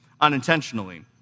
unintentionally